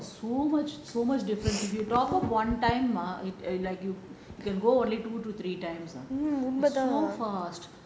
so much so much difference if you top up one time ah like you can go only two to three times ah is so fast